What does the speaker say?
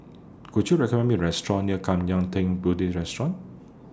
Could YOU recommend Me A Restaurant near Kwan Yam Theng Buddhist Restaurant